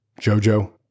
Jojo